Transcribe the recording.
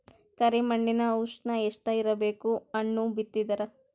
ಕರಿ ಮಣ್ಣಿನ ಉಷ್ಣ ಎಷ್ಟ ಇರಬೇಕು ಹಣ್ಣು ಬಿತ್ತಿದರ?